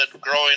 growing